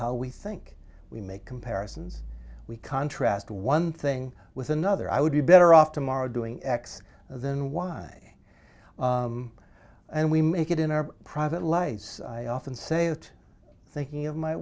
how we think we make comparisons we contrast one thing with another i would be better off tomorrow doing x then y and we make it in our private lives i often say that thinking of my